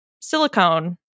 silicone